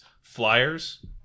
flyers